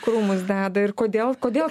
krūmus deda ir kodėl kodėl